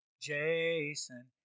Jason